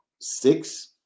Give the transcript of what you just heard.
six